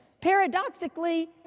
paradoxically